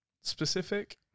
Specific